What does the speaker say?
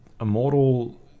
Immortal